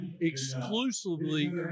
exclusively